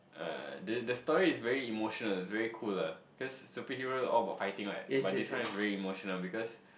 uh the the story is very emotional very cool ah because superhero all about fighting what but this one is very emotional because